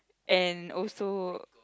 and also